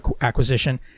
acquisition